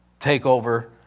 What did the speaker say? takeover